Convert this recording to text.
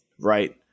right